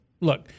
Look